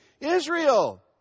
Israel